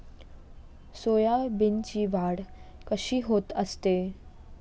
सोयाबीनची वाढ कशी होत असते?